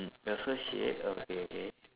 mm you're so shade okay okay